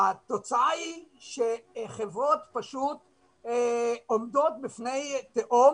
התוצאה היא שחברות עומדות בפני תהום